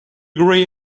grey